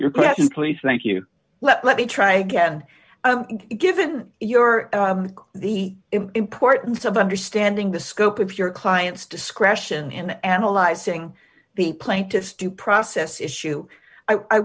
your question please thank you well let me try again given your the importance of understanding the scope of your client's discretion in analyzing the plaintiff's due process issue i